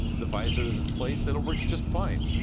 the visors in place, it works just fine.